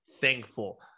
thankful